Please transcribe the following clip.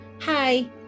Hi